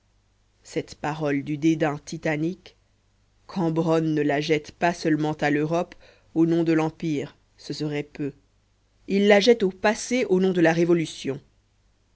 cette parole du dédain titanique cambronne ne la jette pas seulement à l'europe au nom de l'empire ce serait peu il la jette au passé au nom de la révolution